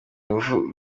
ngufu